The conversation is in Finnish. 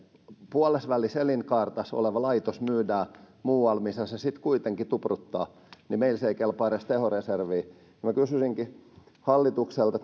puolessavälissä elinkaarta oleva laitos myydään muualle missä se sitten kuitenkin tupruttaa kun meillä se ei kelpaa edes tehoreserviin minä kysyisinkin hallitukselta